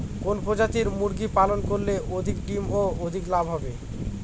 কোন প্রজাতির মুরগি পালন করলে অধিক ডিম ও অধিক লাভ হবে?